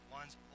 one's